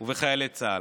ובחיילי צה"ל.